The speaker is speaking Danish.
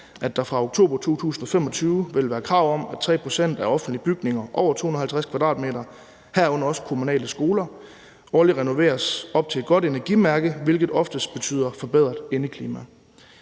at der fra oktober 2025 vil være krav om, at 3 pct. af offentlige bygninger på over 250 m², herunder også kommunale skoler, årligt renoveres op til et godt energimærke, hvilket oftest betyder forbedret indeklima.